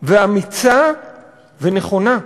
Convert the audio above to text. ואמיצה ונכונה,